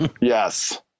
yes